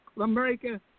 America